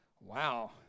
Wow